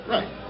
Right